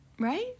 Right